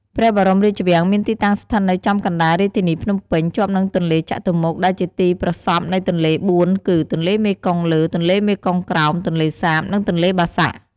ព្រះបរមរាជវាំងមានទីតាំងស្ថិតនៅចំកណ្ដាល រាជធានីភ្នំពេញ ជាប់នឹងទន្លេចតុមុខ ដែលជាទីប្រសព្វនៃទន្លេបួនគឺ ទន្លេមេគង្គលើ ទន្លេមេគង្គក្រោម ទន្លេសាប និងទន្លេបាសាក់។